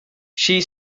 she